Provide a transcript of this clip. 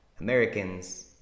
Americans